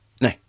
No